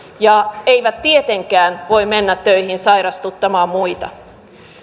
ja eivät tietenkään voi mennä töihin sairastuttamaan muita